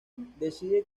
decide